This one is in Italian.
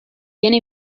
viene